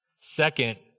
Second